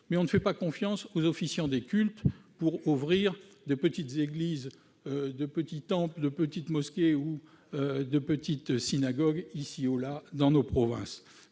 mais on ne fait pas confiance aux officiants des cultes pour ouvrir de petites églises, de petits temples, de petites mosquées ou de petites synagogues, ici ou là dans nos provinces.